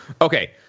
Okay